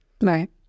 Right